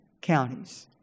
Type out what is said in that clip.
counties